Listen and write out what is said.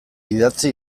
idatzi